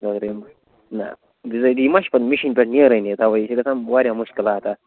نہَ بِذٲتی ما چھُ پَتہٕ مِشیٖن پٮ۪ٹھ نیرٲنی تَوَے یہِ چھِ گژھان واریاہ مُشکِلات تتھ